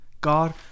God